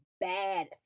bad